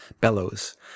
bellows